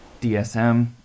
DSM